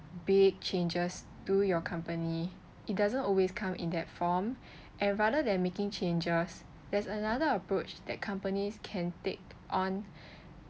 big changes to your company it doesn't always come in that form and rather than making changes there's another approach that companies can take on